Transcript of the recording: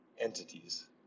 entities